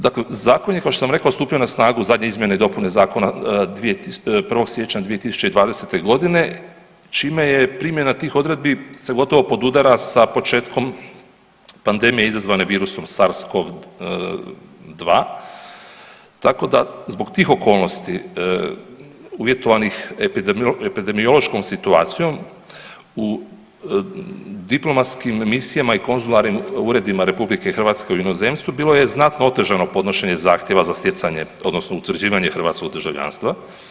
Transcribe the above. Dakle Zakon je, kao što sam rekao, stupio na snagu, zadnje izmjene i dopune Zakona .../nerazumljivo/... 1. siječnja 2020. g., čime je primjena tih odredbi se gotovo podudara sa početkom pandemije izazvane virusom Sars-CoV-2, tako da zbog tih okolnosti uvjetovanih epidemiološkom situacijom u diplomatskim misijama i konzularnim uredima RH u inozemstvu, bilo je znatno otežano podnošenje zahtjeva za stjecanje odnosno utvrđivanje hrvatskog državljanstva.